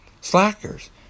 slackers